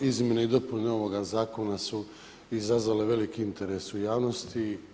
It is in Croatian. Izmjene i dopune ovoga Zakona su izazvale velik interes u javnosti.